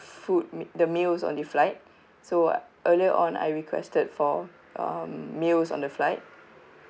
food the meals on the flight so earlier on I requested for um meals on the flight